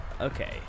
Okay